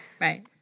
Right